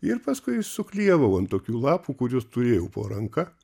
ir paskui jas suklijavau ant tokių lapų kuriuos turėjau po ranka